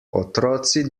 otroci